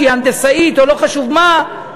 שהיא הנדסאית או לא חשוב מה,